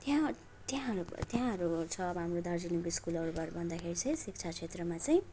त्यहाँ त्यहाँ त्यहाँहरू छ हाम्रो दार्जिलिङको स्कुलहरू भन्दाखेरि चाहिँ शिक्षा क्षेत्रमा चाहिँ